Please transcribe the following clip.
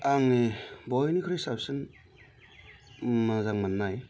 आंनि बयनिख्रुइ साबसिन मोजां मोन्नाय